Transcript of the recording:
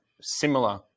similar